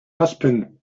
husband